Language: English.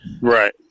right